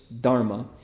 dharma